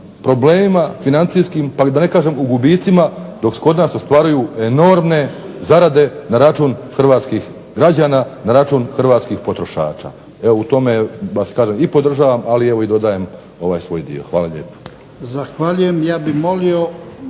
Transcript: problemima financijskim, pa da ne kažem u gubicima, dok kod nas ostvaruju enormne zarade na račun hrvatskih građana, na račun hrvatskih potrošača. Evo u tome vas kažem i podržavam, ali evo i dodajem ovaj svoj dio. Hvala lijepa.